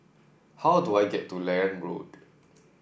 how do I get to Liane Road